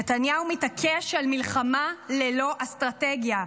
נתניהו מתעקש על מלחמה ללא אסטרטגיה,